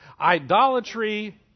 Idolatry